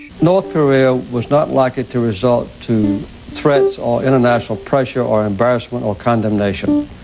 north korea was not likely to resort to threats or international pressure or embarrassment or condemnation.